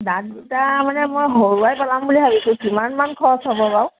দাঁত দুটা মানে মই সৰুৱাই পেলাম বুলি ভাবিছোঁ কিমান মান খৰচ হ'ব বাৰু